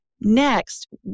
Next